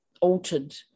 altered